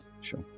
Sure